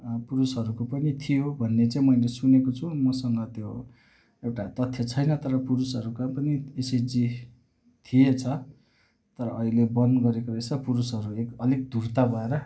पुरुषहरू को पनि थियो भन्ने चाहिँ मैले सुनेको छु मसँग त्यो एउटा तथ्य छैन तर पुरुषहरूका पनि एसएचजी थिएछ तर अहिले बन्द गरेको रहेछ पुरुषहरू एक अलिक धुर्त भएर